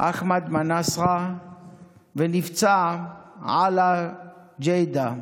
אחמד מנאסרה ונפצע עלאא ג'יאדה.